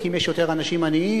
כי אם יש יותר אנשים עניים